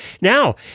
Now